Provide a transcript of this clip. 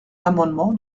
l’amendement